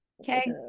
Okay